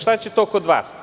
Šta će to kod vas?